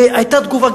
והיתה תגובה.